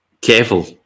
careful